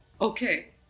Okay